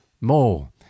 more